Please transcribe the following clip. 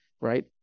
right